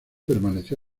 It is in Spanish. permaneció